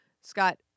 Scott